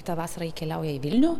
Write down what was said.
tą vasarą ji keliauja į vilnių